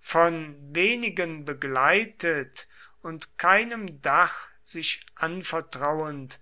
von wenigen begleitet und keinem dach sich anvertrauend